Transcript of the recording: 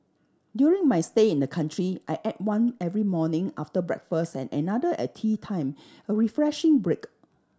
during my stay in the country I ate one every morning after breakfast and another at teatime a refreshing break